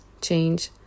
change